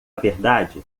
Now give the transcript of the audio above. verdade